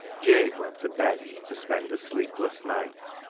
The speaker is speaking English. jabe went to bed to spend a sleepless night.